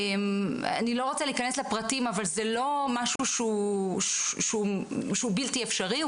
אני לא רוצה להיכנס לפרטים אבל זה לא משהו שהוא בלתי אפשרי,